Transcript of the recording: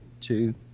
two